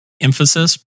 emphasis